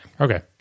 Okay